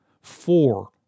Four